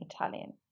Italian